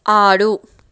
ఆడు